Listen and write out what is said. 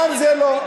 גם לזה, כאן זה לא.